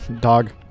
Dog